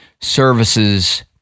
services